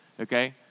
okay